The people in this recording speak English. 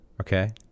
okay